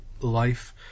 life